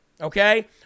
okay